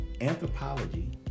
anthropology